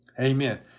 amen